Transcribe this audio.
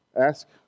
Ask